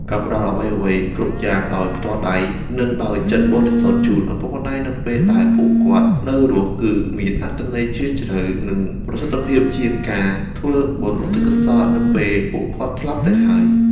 ការផ្តល់អ្វីៗគ្រប់យ៉ាងដោយផ្ទាល់ដៃ និងដោយចិត្តបរិសុទ្ធជូនឪពុកម្តាយនៅពេលដែលពួកគាត់នៅរស់ គឺមានអត្ថន័យជ្រាលជ្រៅ និងប្រសិទ្ធភាពជាងការធ្វើបុណ្យឧទ្ទិសកុសលនៅពេលពួកគាត់ស្លាប់ទៅហើយ។